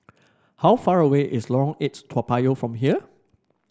how far away is Lorong Eight Toa Payoh from here